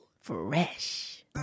Fresh